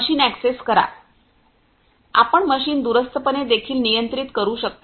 machine access करा आपण machine दूरस्थपणे देखील नियंत्रित करू शकता